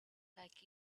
like